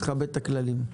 תכבד את הכללים.